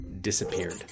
disappeared